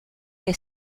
que